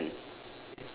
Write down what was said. stick in the sand